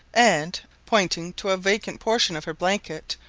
and pointing to a vacant portion of her blanket,